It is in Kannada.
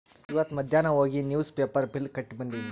ಇವತ್ ಮಧ್ಯಾನ್ ಹೋಗಿ ನಿವ್ಸ್ ಪೇಪರ್ ಬಿಲ್ ಕಟ್ಟಿ ಬಂದಿನಿ